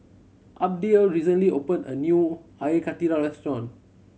Abdiel recently opened a new Air Karthira restaurant